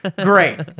Great